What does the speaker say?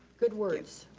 good words.